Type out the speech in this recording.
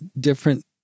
different